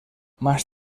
más